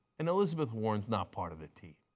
and elizabeth warren is not part of the team.